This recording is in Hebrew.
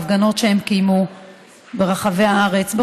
בהפגנות שהם קיימו ברחבי הארץ,